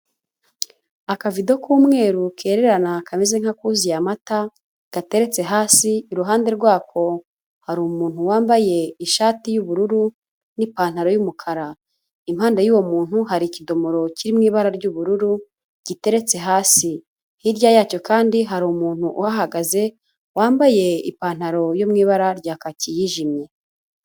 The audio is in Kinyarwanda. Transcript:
Akavido k'umweru kererana kameze nk'akuzuye amata gateretse hasi, iruhande rwako hari umuntu wambaye ishati y'ubururu n'ipantaro y'umukara, impande y'uwo muntu hari ikidomoro kiri mu ibara ry'ubururu giteretse hasi, hirya yacyo kandi hari umuntu uhahagaze wambaye ipantaro yo mu ibara rya kaki yijimye.